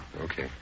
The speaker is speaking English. Okay